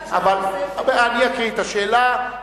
אני אקריא את השאלה.